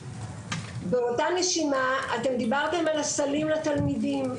באותה נשימה אתם דיברתם על הסלים לתלמידים.